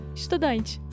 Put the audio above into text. estudante